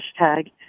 hashtag